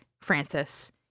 Francis